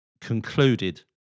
concluded